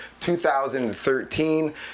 2013